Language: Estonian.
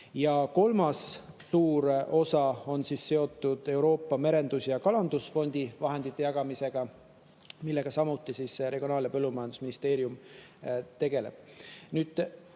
Ja kolmas suur osa on seotud Euroopa Merendus- ja Kalandusfondi vahendite jagamisega, millega samuti Regionaal- ja Põllumajandusministeerium tegeleb.